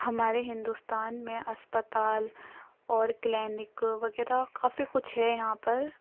ہمارے ہندوستان میں اسپتال اور کلینک وغیرہ کافی کچھ ہے یہاں پر